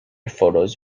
photos